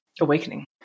awakening